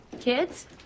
Kids